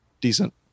decent